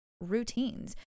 routines